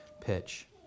pitch